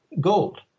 gold